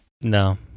No